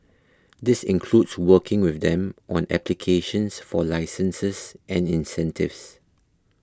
this includes working with them on applications for licenses and incentives